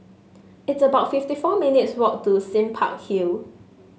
it's about fifty four minutes' walk to Sime Park Hill